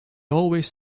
always